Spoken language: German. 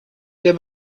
der